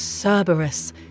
Cerberus